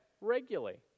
regularly